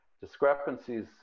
discrepancies